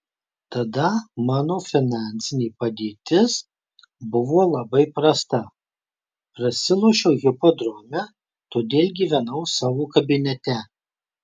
tada mano finansinė padėtis buvo labai prasta prasilošiau hipodrome todėl gyvenau savo kabinete